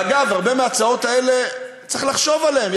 ואגב, הרבה מההצעות האלה, צריך לחשוב עליהן.